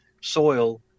soil